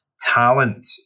talent